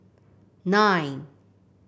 nine